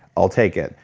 i'll take it.